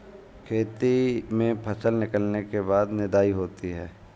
खेती में फसल निकलने के बाद निदाई होती हैं?